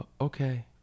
okay